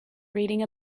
reading